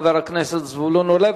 חבר הכנסת זבולון אורלב.